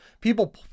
people